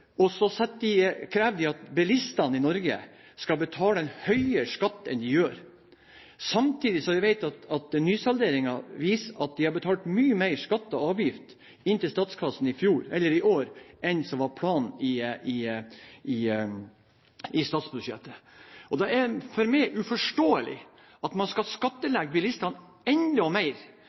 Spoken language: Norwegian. og så krever at bilistene i Norge skal betale en høyere skatt enn det de gjør. Samtidig vet jeg at nysalderingen viser at vi har betalt mye mer skatter og avgifter til statskassen i år enn det som var planen i statsbudsjettet. For meg er det uforståelig at man skal skattlegge bilistene enda mer